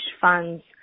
funds